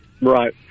Right